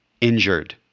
injured